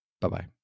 Bye-bye